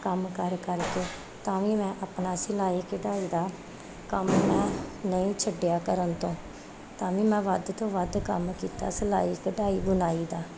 ਕੰਮ ਕਰ ਕਰ ਕੇ ਤਾਂ ਵੀ ਮੈਂ ਆਪਣਾ ਸਿਲਾਈ ਕਢਾਈ ਦਾ ਕੰਮ ਨਾ ਨਹੀਂ ਛੱਡਿਆ ਕਰਨ ਤੋਂ ਤਾਂ ਵੀ ਮੈਂ ਵੱਧ ਤੋਂ ਵੱਧ ਕੰਮ ਕੀਤਾ ਸਿਲਾਈ ਕਢਾਈ ਬੁਣਾਈ ਦਾ